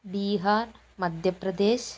Bihar Madhya Pradesh